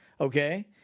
Okay